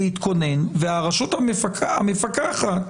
להתכונן והרשות המפקחת,